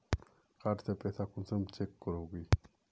Card से पैसा कुंसम चेक करोगी?